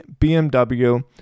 BMW